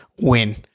win